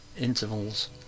intervals